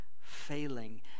failing